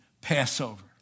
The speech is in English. Passover